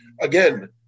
again